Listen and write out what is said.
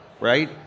right